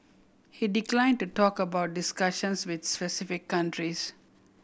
he declined to talk about discussions with specific countries